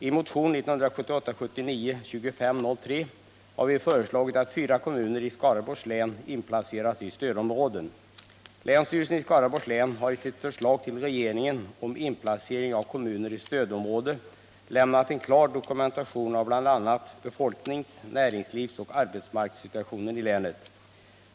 I motion 1978/79:2503 har jag tillsammans med några andra ledamöter från länet föreslagit att fyra kommuner i Skaraborgs län inplaceras i stödområden. Länsstyrelsen i Skaraborgs län har i sitt förslag till regeringen om inplacering av kommuner i stödområde lämnat en klar dokumentation av bl.a. befolknings-, näringslivsoch arbetsmarknadssituationen i länet.